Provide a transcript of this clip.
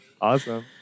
Awesome